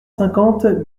cinquante